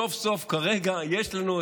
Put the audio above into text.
סוף-סוף כרגע יש לנו,